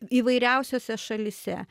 įvairiausiose šalyse